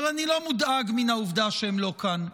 אבל אני לא מודאג מן העובדה שהם לא כאן,